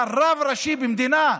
אבל רב ראשי במדינה,